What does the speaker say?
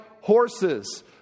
horses